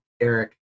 Eric